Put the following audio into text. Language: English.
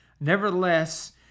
Nevertheless